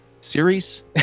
series